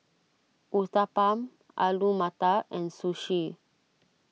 Uthapam Alu Matar and Sushi